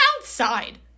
outside